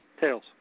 Tails